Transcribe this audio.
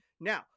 Now